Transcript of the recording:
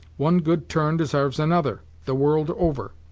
one good turn desarves another, the world over.